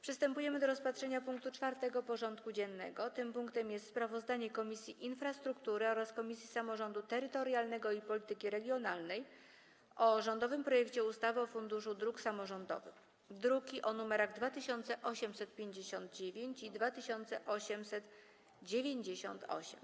Przystępujemy do rozpatrzenia punktu 4. porządku dziennego: Sprawozdanie Komisji Infrastruktury oraz Komisji Samorządu Terytorialnego i Polityki Regionalnej o rządowym projekcie ustawy o Funduszu Dróg Samorządowych (druki nr 2859 i 2898)